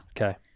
Okay